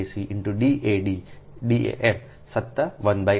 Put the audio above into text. D a m સત્તા 1n